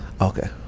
Okay